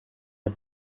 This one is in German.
hat